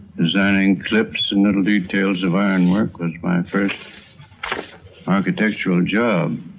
designing clips and little details of ironwork was my first architectural job.